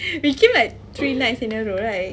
we came like three nights in a row right